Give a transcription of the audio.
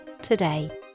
today